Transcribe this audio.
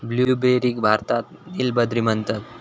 ब्लूबेरीक भारतात नील बद्री म्हणतत